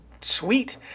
sweet